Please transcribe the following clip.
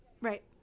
Right